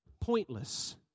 pointless